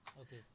Okay